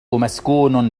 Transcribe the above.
مسكون